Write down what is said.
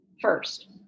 first